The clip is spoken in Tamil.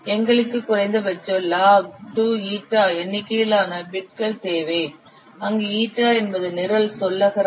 எங்களுக்கு குறைந்தபட்சம் log 2 η எண்ணிக்கையிலான பிட்கள் தேவை அங்கு η என்பது நிரல் சொல்லகராதி